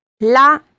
la